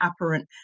apparent